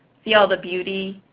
see all the beauty,